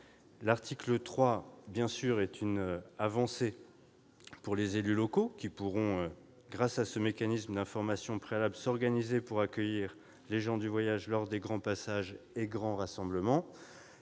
L'article 3 est une avancée pour les élus locaux, qui pourront, grâce à ce mécanisme d'information préalable, s'organiser pour accueillir les gens du voyage lors des grands passages et des grands rassemblements.